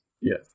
Yes